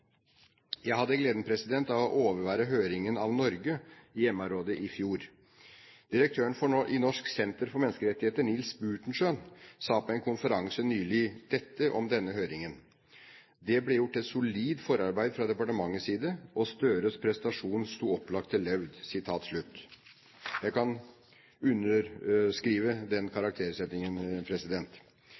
Jeg hadde gleden av å overvære høringen av Norge i MR-rådet i fjor. Direktøren i Norsk senter for menneskerettigheter, Nils Butenschøn, sa på en konferanse nylig dette om denne høringen: Det ble gjort et solid forarbeid fra departementets side, og Støres prestasjon sto opplagt til laud. Jeg kan underskrive den karaktersettingen.